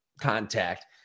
contact